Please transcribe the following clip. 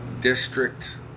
district